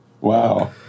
Wow